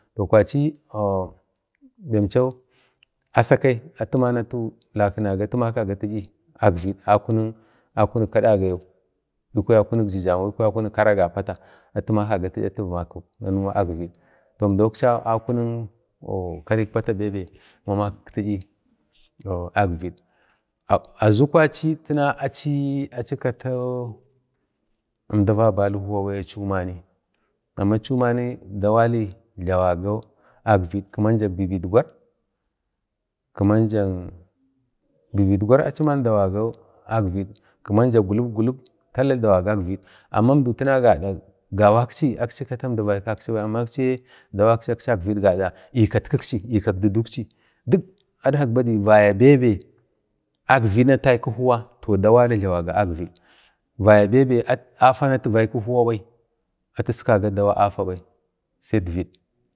﻿toh kwachi bemchau Asakai atiman lakagakvid akunik kadagayau bi kwaya akunik jijamau bikwa akunik kariga pata atu makaga ti'yi akvid əmda man akchi be karik pata makaga ti'yi akvid azu kwachi achuman əmda vabali huwa bai amma achiman dawali jlagaba akvid vavidgue kiman jak vavidgur achiman dawaga akvid kiman ja gulup-gulup tala dawa akvid amma tanamdau gawakchi akchi kata əmda vaikwakchi bai amma akchiyi dawakchi jlawaga akvid gada ikatakkchi ikatdudugchi ikwachi, duk adkak badai vaya dai be be atu aiku huwa to dawala jlawaga akvid be be afa atu vaiku huwa bai atiskaga dawaga dau afa bai akvid.